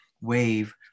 wave